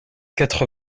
quatre